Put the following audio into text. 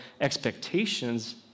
expectations